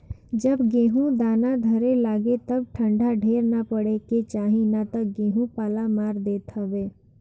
जब गेहूँ दाना धरे लागे तब ठंडा ढेर ना पड़े के चाही ना तऽ गेंहू पाला मार देत हवे